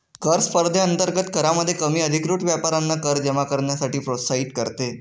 कर स्पर्धेअंतर्गत करामध्ये कमी अधिकृत व्यापाऱ्यांना कर जमा करण्यासाठी प्रोत्साहित करते